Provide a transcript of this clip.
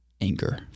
anger